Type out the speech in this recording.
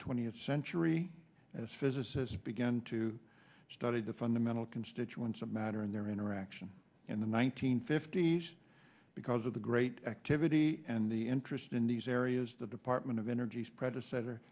twentieth century as physicists began to study the fundamental constituents of matter and their interaction in the one nine hundred fifty s because of the great activity and the interest in these areas the department of energy's predecessor